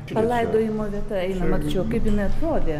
palaidojimo vietaeinam arčiau kaip jinai atrodė